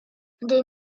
les